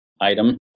item